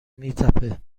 میتپه